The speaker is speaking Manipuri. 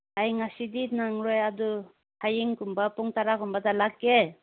ꯑꯩ ꯉꯁꯤꯗꯤ ꯅꯪꯂꯣꯏ ꯑꯗꯨ ꯍꯌꯦꯡꯒꯨꯝꯕ ꯄꯨꯡ ꯇꯔꯥꯒꯨꯝꯕꯗ ꯂꯥꯛꯀꯦ